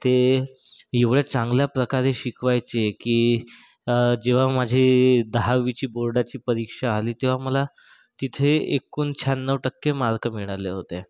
ते एवढ्या चांगल्या प्रकारे शिकवायचे की जेव्हा माझे दहावीची बोर्डाची परीक्षा आली तेव्हा मला तिथे एकून शहाण्णव टक्के मार्क मिळाले होते